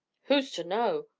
who's to know?